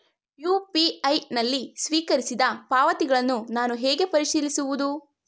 UPI ನಲ್ಲಿ ಸ್ವೀಕರಿಸಿದ ಪಾವತಿಗಳನ್ನು ನಾನು ಹೇಗೆ ಪರಿಶೀಲಿಸುವುದು?